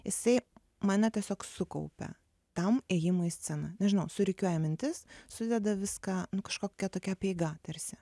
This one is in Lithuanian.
jisai mane tiesiog sukaupia tam ėjimui į sceną nežinau surikiuoja mintis sudeda viską nu kažkokia tokia apeiga tarsi